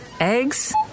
Eggs